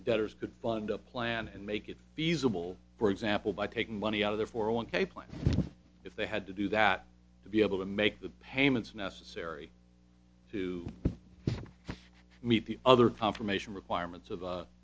debtors could fund a plan and make it feasible for example by taking money out of their four one k plan if they had to do that to be able to make the payments necessary to meet the other confirmation requirements